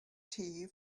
tea